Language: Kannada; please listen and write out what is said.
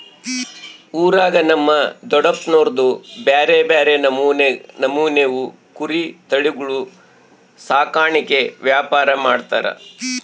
ಊರಾಗ ನಮ್ ದೊಡಪ್ನೋರ್ದು ಬ್ಯಾರೆ ಬ್ಯಾರೆ ನಮೂನೆವು ಕುರಿ ತಳಿಗುಳ ಸಾಕಾಣಿಕೆ ವ್ಯಾಪಾರ ಮಾಡ್ತಾರ